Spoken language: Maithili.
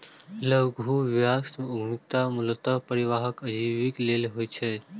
लघु व्यवसाय उद्यमिता मूलतः परिवारक आजीविका लेल होइ छै